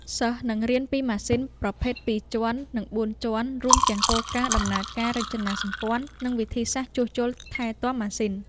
សិស្សនឹងរៀនពីម៉ាស៊ីនប្រភេទពីរជាន់ និងបួនជាន់ រួមទាំងគោលការណ៍ដំណើរការ រចនាសម្ព័ន្ធ និងវិធីសាស្រ្តជួសជុលថែទាំម៉ាស៊ីន។